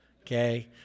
okay